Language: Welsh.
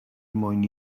mwyn